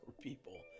people